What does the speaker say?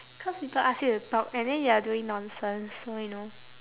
cause people ask you to talk and then you're doing nonsense so you know